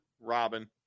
Robin